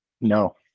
No